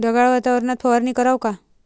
ढगाळ वातावरनात फवारनी कराव का?